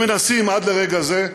מנסים עד לרגע זה,